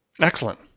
Excellent